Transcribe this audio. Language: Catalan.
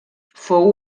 fou